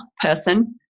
person